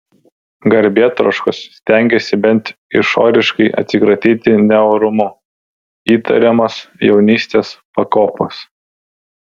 garbėtroškos stengėsi bent išoriškai atsikratyti neorumu įtariamos jaunystės pakopos